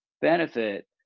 benefit